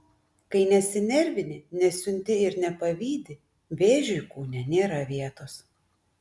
kai nesinervini nesiunti ir nepavydi vėžiui kūne nėra vietos